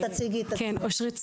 אושרית סיטבון,